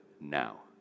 now